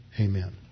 Amen